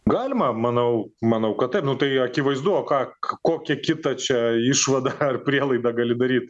galima manau manau kad taip tai akivaizdu o ką kokią kitą čia išvadą ar prielaidą gali daryt